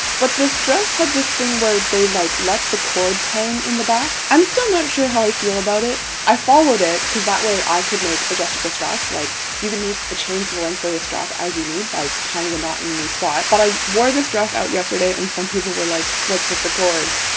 but this dress had this thing where they like let the cords hang in the back i'm still not sure how i feel about it i followed it because that way i could make adjustable straps like you can just the chain to the length of the strap as you need by tying the knot in a new spot but i wore this dress out yesterday, and some people were like what's with the cords